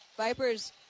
Vipers